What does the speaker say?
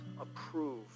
approve